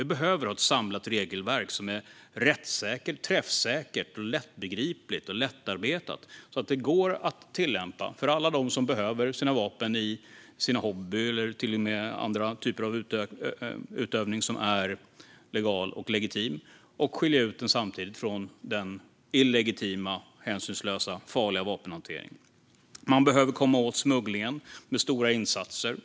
Vi behöver ha ett samlat regelverk som är rättssäkert, träffsäkert, lättbegripligt och lättarbetat så att det går att tillämpa för alla dem som behöver sina vapen i sin hobby eller i annan typ av legal och legitim utövning och samtidigt skilja ut den från den illegala, illegitima, hänsynslösa och farliga vapenhanteringen. Vi behöver komma åt smugglingen genom stora insatser.